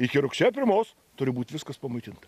iki rugsėjo pirmos turi būt viskas pamaitinta